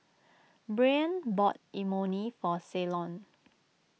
Breann bought Imoni for Ceylon